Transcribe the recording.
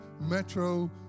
metro